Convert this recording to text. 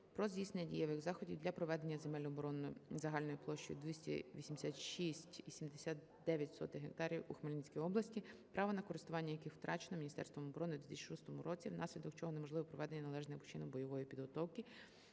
про здійснення дієвих заходів для повернення земель оборони загальною площею 286,79 га у Хмельницькій області, право на користування яких втрачено Міністерством оборони України у 2006 році, внаслідок чого неможливе проведення належним чином бойової підготовки